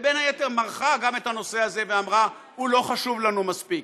ובין היתר מרחה גם את הנושא הזה ואמרה: הוא לא חשוב לנו מספיק.